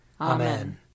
Amen